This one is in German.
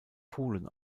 polen